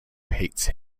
hates